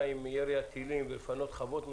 עם ירי הטילים ולפנות חוות מסוימות,